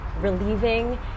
relieving